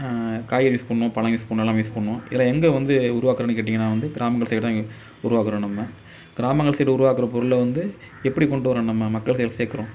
காய்கறி யூஸ் பண்ணுவோம் பழம் யூஸ் பண்ணுவோம் எல்லாமே யூஸ் பண்ணுவோம் இதெலான் எங்கள் வந்து உருவாக்குறேன்னு கேட்டிங்கன்னா வந்து கிராமங்கள் சைடு தான் உருவாக்கிறோம் நம்ம கிராமங்கள் சைடு உருவாக்குகிற பொருளை வந்து எப்படி கொண்டு வரோம் நம்ம மக்கள் சைடு சேக்குறோம்